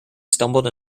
stumbled